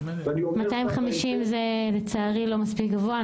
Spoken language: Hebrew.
250 לצערי זה לא מספיק גבוה,